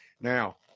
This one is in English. Now